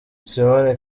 simone